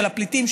של הפליטים,